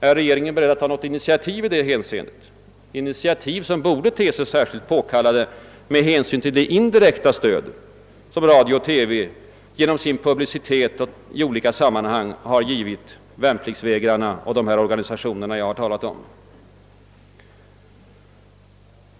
Är regeringen beredd att ta något initiativ i det hänseendet, initiativ som borde te sig särskilt påkallade med hänsyn till det indirekta stöd som radio och TV genom sin publicitet i olika sammanhang har givit värnpliktsvägrarna och de organisationer jag här har talat om?